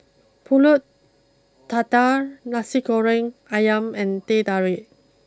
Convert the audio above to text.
Pulut Tatal Nasi Goreng Ayam and Teh Tarik